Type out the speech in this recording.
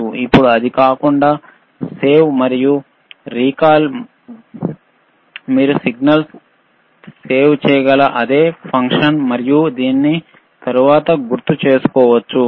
ఇప్పుడు అది కాకుండా సేవ్ మరియు రీకాల్ మీరు సిగ్నల్ను సేవ్ చేయగల అదే ఫంక్షన్ మరియు మీరు దానిని తరువాత గుర్తుచేసుకోవచ్చు